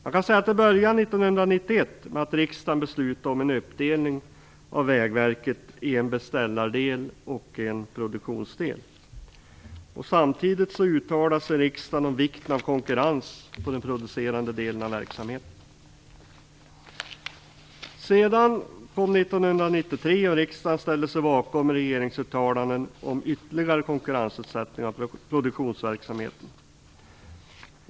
Man kan säga att det började 1991 med att riksdagen beslutade om en uppdelning av Vägverket i en beställardel och en produktionsdel. Samtidigt uttalade man sig om vikten av konkurrens på den producerande delen av verksamheten. Under 1993 ställde sig riksdagen bakom regeringsuttalanden om ytterligare konkurrensutsättning av produktionsverksamheten.